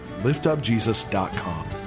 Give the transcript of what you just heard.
liftupjesus.com